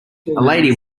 lady